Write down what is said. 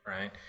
right